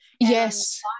yes